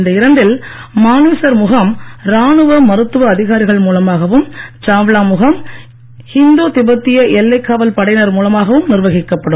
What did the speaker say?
இந்த இரண்டில் மானேசர் முகாம் ராணுவ மருத்துவ அதிகாரிகள் மூலமாகவும் சாவ்லா முகாம் இந்தோ திபெத்திய எல்லை காவல் படையினர் மூலமாகவும் நிர்வகிக்கப்படும்